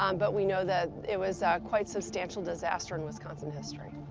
um but we know that it was a quite substantial disaster in wisconsin history.